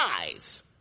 eyes